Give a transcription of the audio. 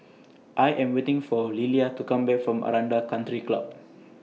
I Am waiting For Lillia to Come Back from Aranda Country Club